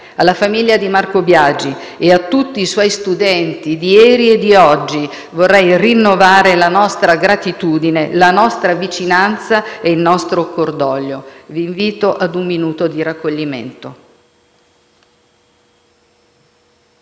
Alla famiglia di Marco Biagi e a tutti i suoi studenti di ieri e di oggi vorrei rinnovare la nostra gratitudine, la nostra vicinanza e il nostro cordoglio. Vi invito ad un minuto di raccoglimento.